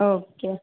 okay